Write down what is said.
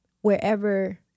wherever